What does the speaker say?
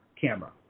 camera